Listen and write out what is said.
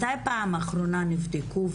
מתי פעם אחרונה נבדקו,